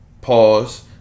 Pause